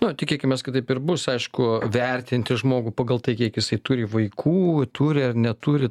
nu tikėkimės kad taip ir bus aišku vertinti žmogų pagal tai kiek jisai turi vaikų turi ar neturi